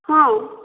ହଁ